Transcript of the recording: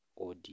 audio